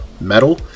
metal